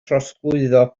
trosglwyddo